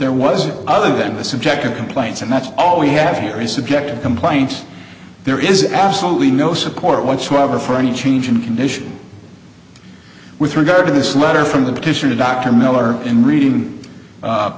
there was other than the subjective complaints and that's all we have here is subjective complaints there is absolutely no support whatsoever for any change in condition with regard to this letter from the petition to dr miller in reading